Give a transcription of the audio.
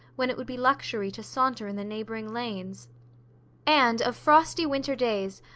when it would be luxury to saunter in the neighbouring lanes and of frosty winter days,